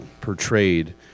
portrayed